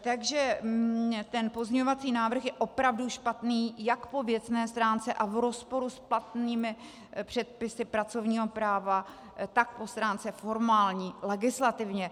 Takže ten pozměňovací návrh je opravdu špatný jak po věcné stránce a v rozporu s platnými předpisy pracovního práva, tak po stránce formální, legislativně.